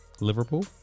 Liverpool